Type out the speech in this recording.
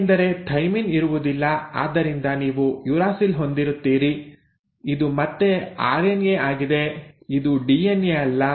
ಏಕೆಂದರೆ ಥೈಮಿನ್ ಇರುವುದಿಲ್ಲ ಆದ್ದರಿಂದ ನೀವು ಯುರಾಸಿಲ್ ಹೊಂದಿರುತ್ತೀರಿ ಇದು ಮತ್ತೆ ಆರ್ಎನ್ಎ ಆಗಿದೆ ಇದು ಡಿಎನ್ಎ ಅಲ್ಲ